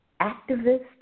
activist